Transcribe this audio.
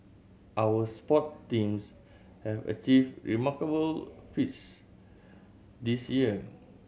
our sport teams have achieved remarkable feats this year